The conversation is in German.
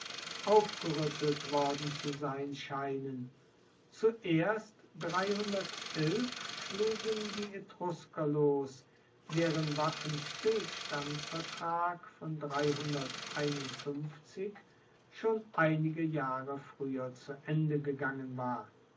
aufgeruettelt worden zu sein scheinen zuerst schlugen die etrusker los deren waffenstillstandsvertrag von schon einige jahre frueher zu ende gegangen war